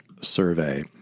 survey